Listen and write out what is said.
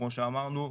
כמו שאמרנו,